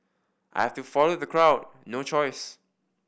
I have to follow the crowd no choice